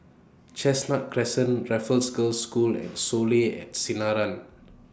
Chestnut Crescent Raffles Girls' School and Soleil At Sinaran